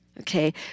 Okay